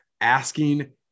Asking